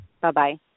Bye-bye